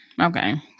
okay